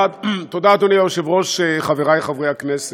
תודה, אדוני היושב-ראש, חברי חברי הכנסת,